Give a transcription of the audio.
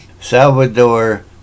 Salvador